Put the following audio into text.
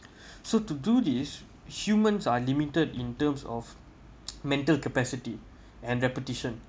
so to do this humans are limited in terms of mental capacity and reputation